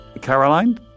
Caroline